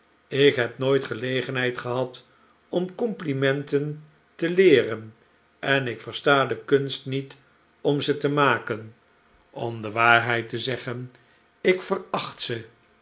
ik heb nooit gelegenheid gehad om complimenten te leeren en ik versta de kunst niet om ze te maken om de waarheid te zeggen ik veracht ze